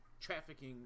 trafficking